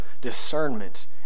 discernment